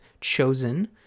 Chosen